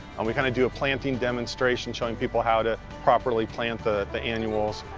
and we kinda do a planting demonstration showing people how to properly plant the the annuals,